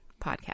podcast